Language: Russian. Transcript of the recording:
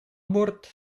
борт